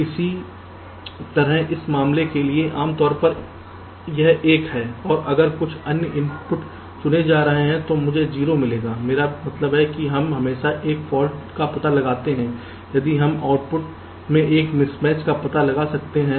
इसी तरह इस मामले के लिए आम तौर पर यह 1 है और अगर कुछ अन्य इनपुट चुने जा रहे हैं तो मुझे 0 मिलेगा मेरा मतलब है कि हम हमेशा एक फॉल्ट का पता लगाते हैं यदि हम आउटपुट में एक मिसमैच का पता लगा सकते हैं